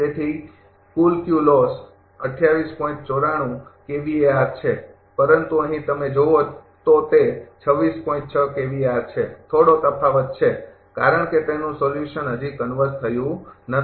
તેથી કુલ Q loss છે પરંતુ અહીં તમે જોવો તો તે છે થોડો તફાવત છે કારણ કે તેનું સોલ્યુશન હજી કન્વર્ઝ થયું નથી